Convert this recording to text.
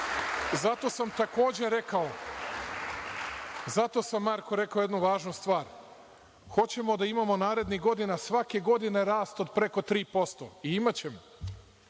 Zato sam takođe rekao, zato sam Marko rekao jednu važnu stvar, hoćemo da imamo narednih godina svake godine rast od preko tri posto i imaćemo,